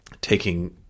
taking